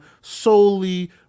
solely